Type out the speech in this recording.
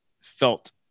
Felt